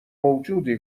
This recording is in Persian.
موجودی